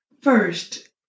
first